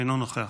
אינו נוכח,